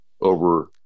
over